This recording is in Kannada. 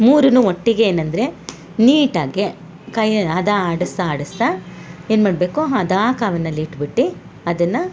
ಮೂರನ್ನು ಒಟ್ಟಿಗೆ ಏನಂದರೆ ನೀಟಾಗೆ ಕೈಯೆ ಹದಾ ಆಡಿಸ್ತ ಆಡಿಸ್ತಾ ಏನು ಮಾಡಬೇಕು ಹದಾ ಕಾವಿನಲ್ಲಿ ಇಟ್ಬಿಟ್ಟು ಅದನ್ನ